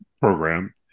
program